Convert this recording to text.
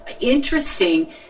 interesting